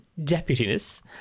deputiness